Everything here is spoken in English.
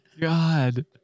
god